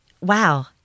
wow